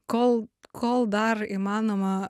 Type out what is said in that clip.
kol kol dar įmanoma